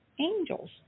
angels